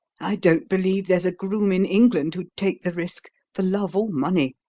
i don't believe there's a groom in england who'd take the risk for love or money.